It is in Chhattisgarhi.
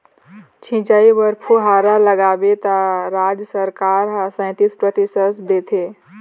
सिंचई बर फुहारा लगाबे त राज सरकार ह सैतीस परतिसत देथे